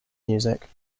music